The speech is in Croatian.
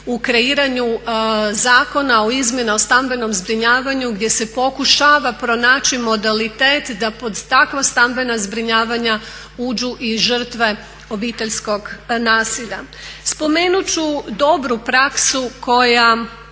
u kreiranju zakona izmjena o stambenom zbrinjavanju gdje se pokušava pronaći modalitet da pod takva stambena zbrinjavanja uđu i žrtve obiteljskog nasilja. Spomenut ću dobru praksu koju